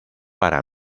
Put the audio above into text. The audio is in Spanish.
para